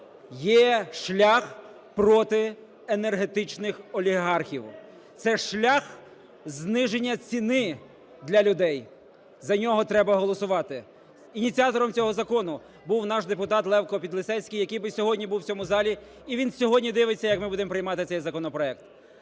є шлях проти енергетичних олігархів, це шлях зниження ціни для людей. За нього треба голосувати. Ініціатором цього закону був наш депутат Левко Підлісецький, який би сьогодні був в цьому залі, і він сьогодні дивиться, як ми будемо приймати цей законопроект.